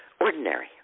ordinary